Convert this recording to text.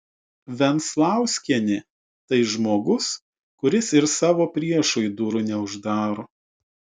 venclauskienė tai žmogus kuris ir savo priešui durų neuždaro